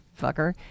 fucker